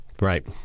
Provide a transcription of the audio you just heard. right